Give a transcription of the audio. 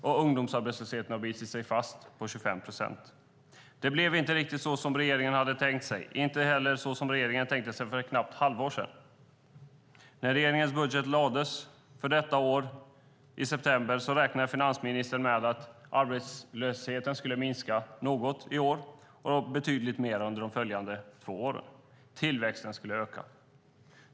Och ungdomsarbetslösheten har bitit sig fast på 25 procent. Det blev inte riktigt så som regeringen hade tänkt sig, inte heller så som regeringen tänkte sig för ett knappt halvår sedan. När regeringens budget lades fram, i september, för detta år räknade finansministern med att arbetslösheten skulle minska något i år och betydligt mer under de följande två åren. Tillväxten skulle öka.